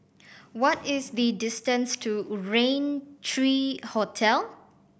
what is the distance to Rain Three Hotel